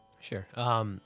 Sure